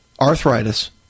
arthritis